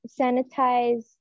sanitize